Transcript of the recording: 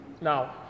Now